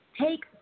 Take